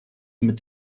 mit